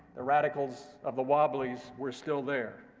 the radicals of the wobblies were still there.